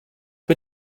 ton